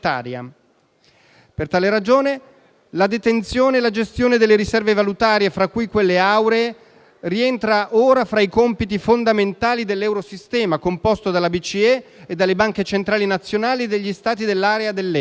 Per tale ragione «la detenzione e la gestione delle riserve valutarie, fra cui quelle auree, rientra ora fra i compiti fondamentali dell'eurosistema, composto dalla BCE e dalle banche centrali nazionali degli Stati dell'area dell'euro.